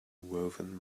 woven